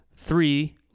three